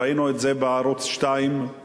ראינו את זה בערוץ-2 ובערוץ-10,